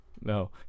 no